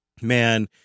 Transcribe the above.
Man